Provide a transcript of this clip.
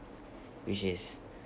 which is